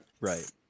Right